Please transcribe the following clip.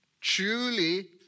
Truly